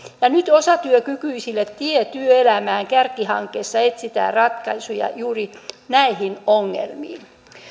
nyt osatyökykyisille tie työelämään kärkihankkeessa etsitään ratkaisuja juuri näihin ongelmiin